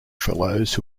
fellows